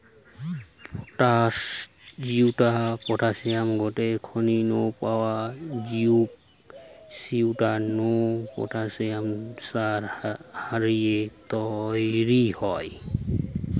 potash জউটা পটাশিয়ামের গটে খনি নু পাওয়া জউগ সউটা নু পটাশিয়াম সার হারি তইরি হয়